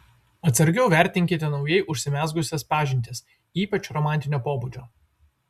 atsargiau vertinkite naujai užsimezgusias pažintis ypač romantinio pobūdžio